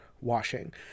washing